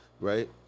right